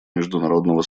международного